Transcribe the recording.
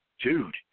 dude